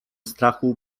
strachu